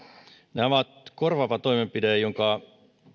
tämä on korvaava toimenpide jonka